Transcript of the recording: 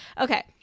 okay